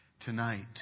Tonight